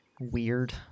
weird